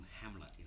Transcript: Hamlet